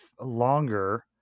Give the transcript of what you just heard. longer